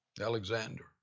Alexander